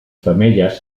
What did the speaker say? femelles